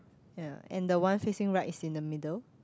ya and the one facing right is in the middle